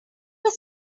were